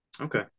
Okay